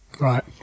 Right